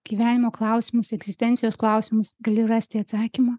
gyvenimo klausimus egzistencijos klausimus gali rasti atsakymą